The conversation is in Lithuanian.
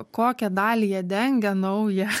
kokią dalį jie dengia naują